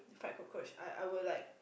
fried cockroach I I will like